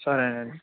సరే అండి